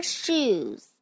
shoes